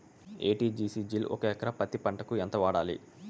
ఎ.టి.జి.సి జిల్ ఒక ఎకరా పత్తి పంటకు ఎంత వాడాలి?